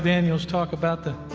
daniels talk about the